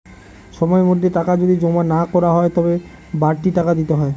সময়ের মধ্যে টাকা যদি জমা না করা হয় তবে বাড়তি টাকা দিতে হয়